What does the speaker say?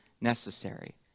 necessary